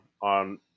on